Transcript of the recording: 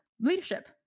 leadership